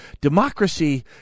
democracy